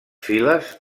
files